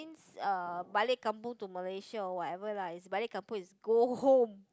means uh blaik kampung to Malaysia or whatever lah is blaik kampung is go home